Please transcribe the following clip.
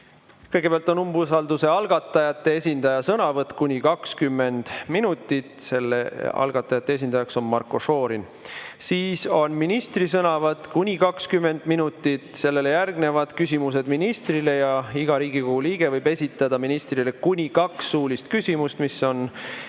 Kõigepealt on umbusalduse algatajate esindaja sõnavõtt kuni 20 minutit, algatajate esindajaks on Marko Šorin. Siis on ministri sõnavõtt kuni 20 minutit, sellele järgnevad küsimused ministrile. Iga Riigikogu liige võib esitada ministrile kuni kaks suulist küsimust, mis võivad